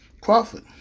Crawford